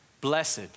blessed